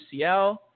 UCL